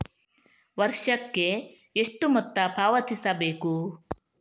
ವರ್ಷಕ್ಕೆ ಎಷ್ಟು ಮೊತ್ತ ಪಾವತಿಸಬೇಕು?